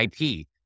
IP